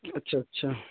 اچھا اچھا